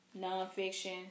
Nonfiction